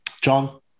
John